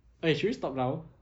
eh should we stop now